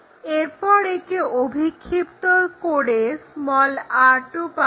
এরপর একে অভিক্ষিপ্ত করে r2 পাবো